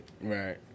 Right